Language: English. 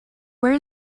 where